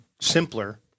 simpler